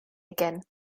again